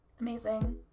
Amazing